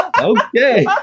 Okay